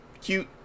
cute